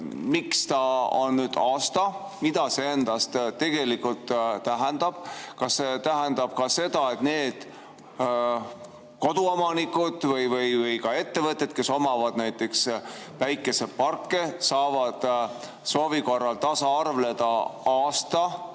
miks see on nüüd aasta? Mida see tegelikult tähendab – kas see tähendab ka seda, et need koduomanikud või ettevõtted, kellel on näiteks päikesepark, saavad soovi korral tasaarveldada aasta,